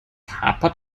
hapert